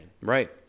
Right